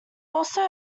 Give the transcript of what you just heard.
also